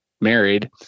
married